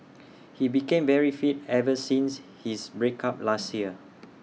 he became very fit ever since his break up last year